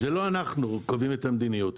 זה לא אנחנו קובעים את המדיניות.